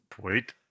Wait